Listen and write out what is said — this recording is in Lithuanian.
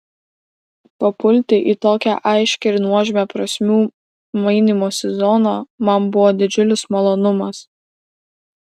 papulti į tokią aiškią ir nuožmią prasmių mainymosi zoną man buvo didžiulis malonumas